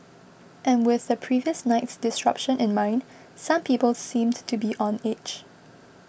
and with the previous night's disruption in mind some people seemed to be on edge